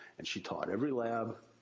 and she taught every lab.